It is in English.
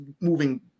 moving